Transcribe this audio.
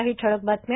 काही ठळक बातम्या